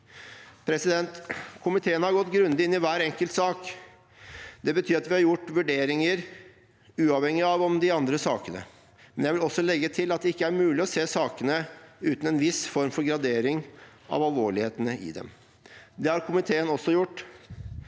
Komiteen har gått grundig inn i hver enkelt sak. Det betyr at vi har foretatt vurderinger, uavhengig av de andre sakene, men jeg vil også legge til at det ikke er mulig å se sakene uten en viss form for gradering av alvorligheten i dem. Det har komiteen også gjort.